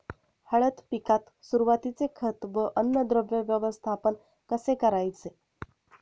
हळद पिकात सुरुवातीचे खत व अन्नद्रव्य व्यवस्थापन कसे करायचे?